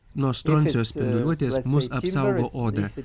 nuo stroncio spinduliuotės mus apsaugo oda